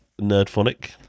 Nerdphonic